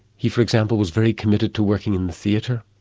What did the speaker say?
he, for example, was very committed to working in the theatre,